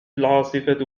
العاصفة